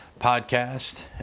podcast